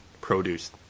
produce